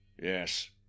Yes